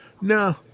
No